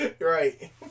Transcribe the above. right